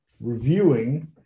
reviewing